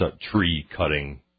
tree-cutting